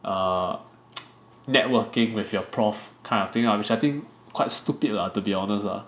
err networking with your prof kind of thing err which I think quite stupid lah to be honest lah